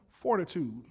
fortitude